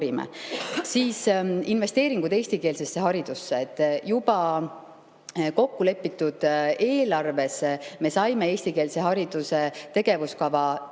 Investeeringud eestikeelsesse haridusse. Juba kokkulepitud eelarves me saime eestikeelse hariduse tegevuskava tegevusteks